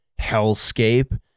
hellscape